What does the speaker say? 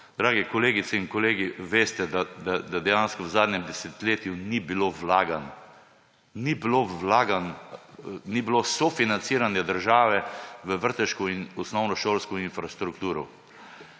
Dragi kolegice in kolegi, veste, da dejansko v zadnjem desetletju ni bilo vlaganj, ni bilo vlaganj, ni bilo sofinanciranja države v vrtčevsko in osnovnošolsko infrastrukturo.